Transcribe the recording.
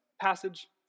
passage